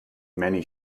many